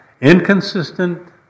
inconsistent